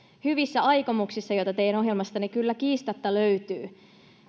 hyvissä aikomuksissa joita teidän ohjelmastanne kyllä kiistatta löytyy